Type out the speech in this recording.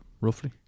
roughly